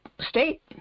state